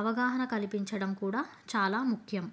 అవగాహన కల్పించడం కూడా చాలా ముఖ్యం